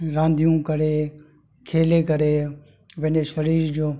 रांदियूं करे खेले करे पंहिंजे शरीर जो